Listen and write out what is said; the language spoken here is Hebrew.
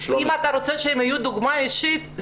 אם אתה רוצה שהם יהוו דוגמה אישית,